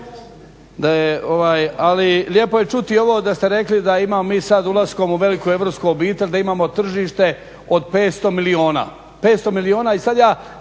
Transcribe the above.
Ali lijepo je čuti i ovo da ste rekli da imamo mi sada ulaskom u veliku europsku obitelj da imamo tržište od 500 milijuna. 500 milijuna i sada ja